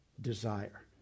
desire